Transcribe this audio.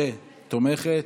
שתומכת,